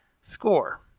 score